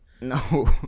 No